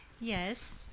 Yes